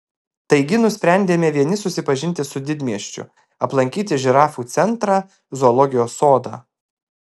taigi nusprendėme vieni susipažinti su didmiesčiu aplankyti žirafų centrą zoologijos sodą